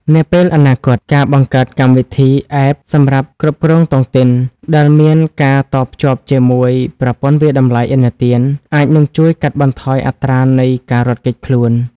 នាពេលអនាគត ការបង្កើតកម្មវិធី App សម្រាប់គ្រប់គ្រងតុងទីន ដែលមានការតភ្ជាប់ជាមួយ "ប្រព័ន្ធវាយតម្លៃឥណទាន" អាចនឹងជួយកាត់បន្ថយអត្រានៃការរត់គេចខ្លួន។